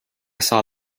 saw